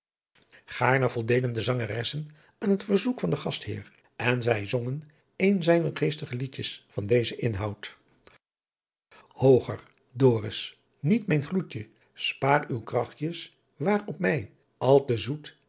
gaarne voldeden de zangeressen aan het verzoek van den gastheer en zij zongen een zijner geestige liedjes van dezen inhoud hooger doris niet mijn gloedtje spaar uw krachjes war op my al te zoet